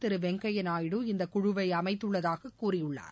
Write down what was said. திரு வெங்கையா நாயுடு இந்த குழுவை அமைத்துள்ளதாகக் கூறியுள்ளார்